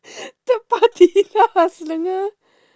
third party kau lah selenge